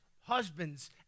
husbands